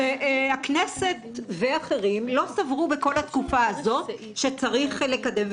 שהכנסת ואחרים לא סברו בכל התקופה הזאת שצריך לקדם.